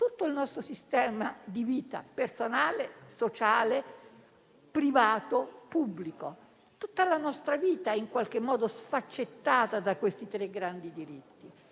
tutto il nostro sistema di vita, personale e sociale, privato e pubblico; tutta la nostra vita è sfaccettata su questi tre grandi diritti.